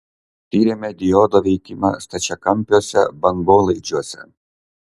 tyrėme diodo veikimą stačiakampiuose bangolaidžiuose